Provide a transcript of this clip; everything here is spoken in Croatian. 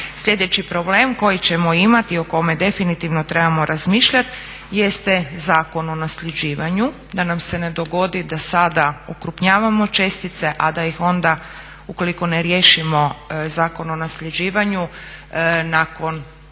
Sljedeći problem koji ćemo imati i o kome definitivno trebamo razmišljati jeste Zakon o nasljeđivanju da nam se ne dogodi da sada okrupnjavamo čestice, a da ih onda ukoliko ne riješimo Zakon o nasljeđivanju nakon